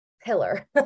pillar